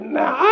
now